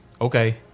Okay